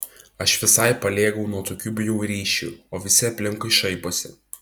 aš visai paliegau nuo tokių bjaurysčių o visi aplinkui šaiposi